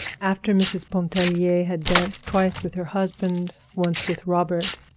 after mrs. pontellier had danced twice with her husband, once with robert,